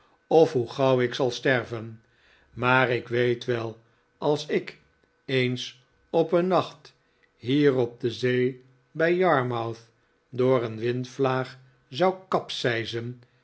of hoe gauw ik zal sterven maar ik weet wel als ik eens op een nacht hier op de zee bij yarmouth door een windvlaag zou